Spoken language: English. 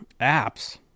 apps